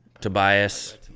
Tobias